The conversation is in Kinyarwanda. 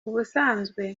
ubusanzwe